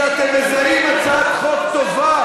דודי.